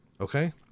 Okay